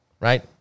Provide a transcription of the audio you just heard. right